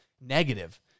negative